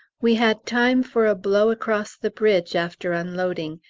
we had time for a blow across the bridge after unloading,